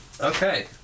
Okay